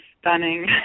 stunning